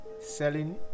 selling